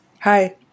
hi